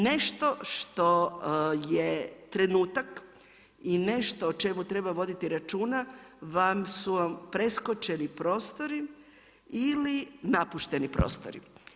Nešto što je trenutak i nešto o čemu treba voditi računa su vam preskočeni prostori ili napušteni prostori.